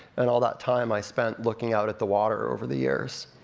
and all that time i spent looking out at the water over the years.